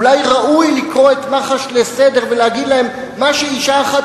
אולי ראוי לקרוא את מח"ש לסדר ולהגיד להם: מה שאשה אחת